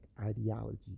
ideology